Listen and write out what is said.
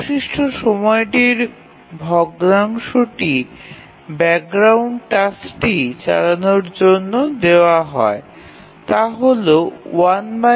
অবশিষ্ট সময়টির ভগ্নাংশটি ব্যাকগ্রাউন্ড টাস্কটি চালানোর জন্য দেওয়া হয় তা হল